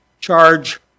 charge